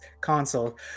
console